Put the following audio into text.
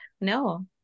no